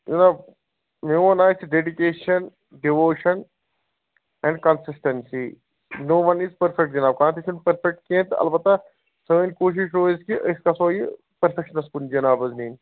جِناب میٛون حظ چھُ dedication devotion and consistency no one is perfect جِناب کانٛہہ تہِ چھُنہٕ پرٛفیکٹ کیٚنٛہہ تہٕ البتہٕ سٲنۍ کوٗشِش روزِ کہِ أسۍ گژھو یہِ پرٛفیکشنٛ کُن جِناب حظ نِنۍ